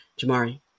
Jamari